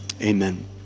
Amen